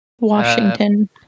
Washington